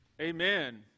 Amen